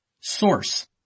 Source